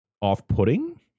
off-putting